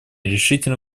решительно